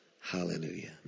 Hallelujah